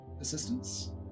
assistance